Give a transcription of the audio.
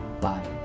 bye